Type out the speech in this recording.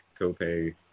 copay